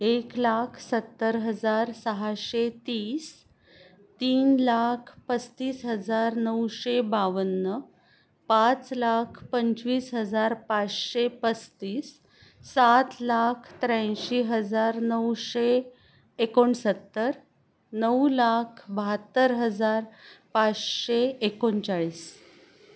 एक लाख सत्तर हजार सहाशे तीस तीन लाख पस्तीस हजार नऊशे बावन्न पाच लाख पंचवीस हजार पाचशे पस्तीस सात लाख त्र्याऐंशी हजार नऊशे एकोणसत्तर नऊ लाख बहात्तर हजार पाचशे एकोणचाळीस